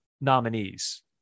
nominees